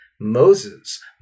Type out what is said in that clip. Moses